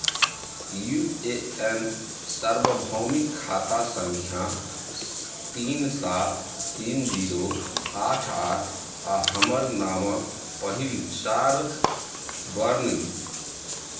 U A N सार्वभौमिक खाता सङ्ख्या स् तीन सात तीन जीरो आठ आठ आ हमर नामक पहिल चारि वर्ण